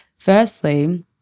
Firstly